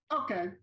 Okay